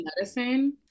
medicine